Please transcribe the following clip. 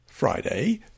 friday